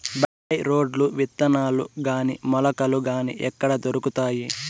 By రోడ్లు విత్తనాలు గాని మొలకలు గాని ఎక్కడ దొరుకుతాయి?